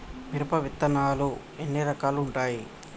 మిరప విత్తనాలు ఎన్ని రకాలు ఉంటాయి?